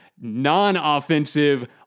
non-offensive